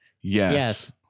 yes